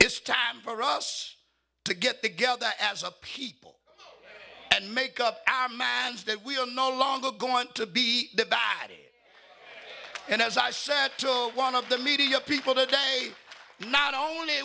it's time for us to get together as a people and make up our mans that we are no longer going to be the body and as i said to one of the media people that i not only